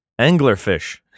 Anglerfish